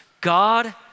God